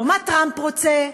לא מה טראמפ רוצה,